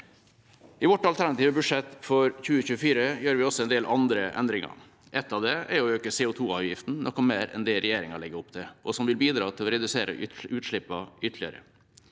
I vårt alternative budsjett for 2024 gjør vi også en del andre endringer. En av dem er å øke CO2-avgiften noe mer enn det regjeringa legger opp til, noe som vil bidra til å redusere utslippene ytterligere.